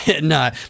No